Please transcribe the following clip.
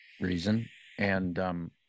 reason—and